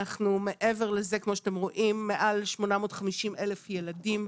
מעבר לזה כמו שאתם רואים, מעל 850,000 ילדים.